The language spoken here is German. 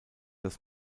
das